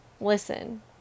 listen